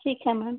ठीक है मैम